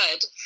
good